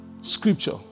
Scripture